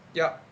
yup